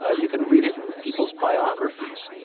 ah you can read it in peoples' biographies.